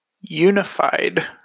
unified